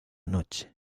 noche